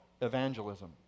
evangelism